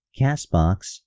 CastBox